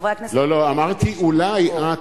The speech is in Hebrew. חברי הכנסת, לא, לא, אמרתי "אולי את".